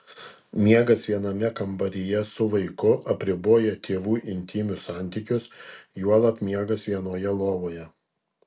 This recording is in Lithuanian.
miegas viename kambaryje su vaiku apriboja tėvų intymius santykius juolab miegas vienoje lovoje